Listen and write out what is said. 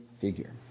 figure